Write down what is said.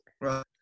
Right